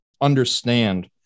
understand